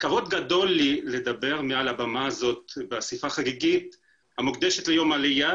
כבוד גדול לי לדבר מעל הבמה הזאת באסיפה חגיגית המוקדשת ליום העלייה,